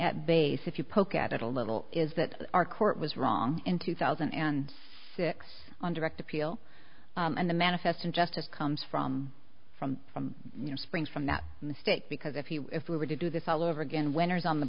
at base if you poke at it a little is that our court was wrong in two thousand and six on direct appeal and the manifest injustice comes from from springs from that state because if you if we were to do this all over again winners on the